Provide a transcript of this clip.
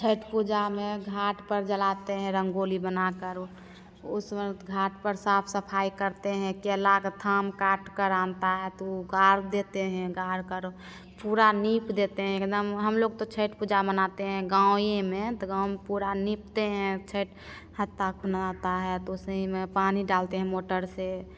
छठ पूजा में घाट पर जलाते हैं रंगोली बना कर उ उस वक्त घाट पर साफ सफाई करते हैं केला के थाम काट कर आनता है तो वो गाड़ देते हैं गाड़ कर पूरा लीप देते हैं एकदम हम लोग तो छठ पूजा मनाते हैं गाँव ही में तो गाँव में पूरा लीपते है छठ हाता खुलता है तो उसी में पानी डालते हैं मोटर से